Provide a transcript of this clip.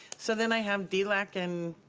so then i have delac and